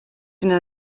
yma